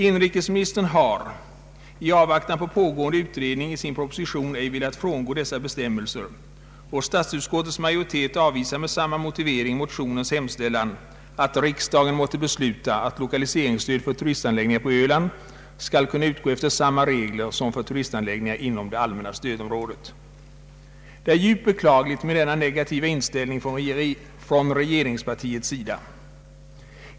Inrikesministern har i avvaktan på pågående utredning i sin proposition ej velat frångå dessa bestämmelser, och statsutskottets majoritet avvisar med samma motivering motionens hemställan att riksdagen måtte besluta att lokaliseringsstöd för turistanläggningar på Öland skall kunna utgå efter samma regler som för turistanläggningar inom det allmänna stödområdet. Det är djupt beklagligt med denna negativa inställning från regeringspartiets sida.